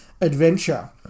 adventure